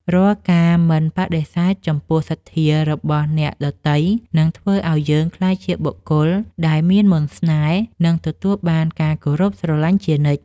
រាល់ការមិនបដិសេធចំពោះសទ្ធារបស់អ្នកដទៃ នឹងធ្វើឱ្យយើងក្លាយជាបុគ្គលដែលមានមន្តស្នេហ៍ និងទទួលបានការគោរពស្រឡាញ់ជានិច្ច។